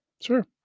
Sure